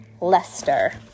Lester